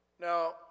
Now